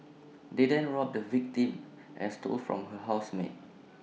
they then robbed the victim and stole from her housemate